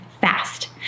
fast